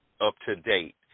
up-to-date